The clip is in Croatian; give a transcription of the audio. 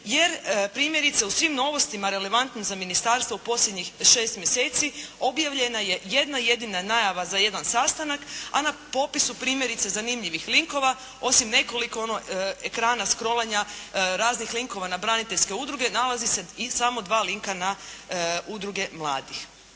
jer primjerice u svim novostima relevantnim za ministarstvo u posljednjih 6 mjeseci objavljena je jedna jedina najava za jedan sastanak, a na popisu primjerice zanimljivih likova, osim nekoliko ekrana skrolanja, raznih linkova na braniteljske udruge nalazi se i samo dva linka na udruge mladih.